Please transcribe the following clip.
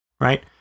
Right